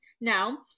now